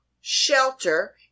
shelter